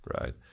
right